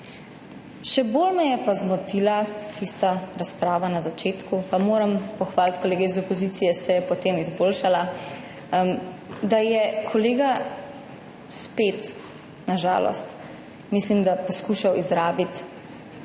Še bolj me je pa zmotila tista razprava na začetku, pa moram pohvaliti kolege iz opozicije, potem se je izboljšala, mislim, da je kolega spet, na žalost, poskušal izrabiti